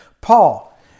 Paul